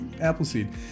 Appleseed